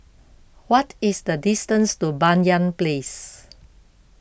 what is the distance to Banyan Place